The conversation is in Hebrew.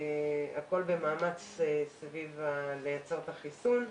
הכול במאמץ סביב ייצור החיסון.